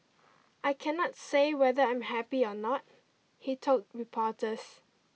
I cannot say whether I'm happy or not he told reporters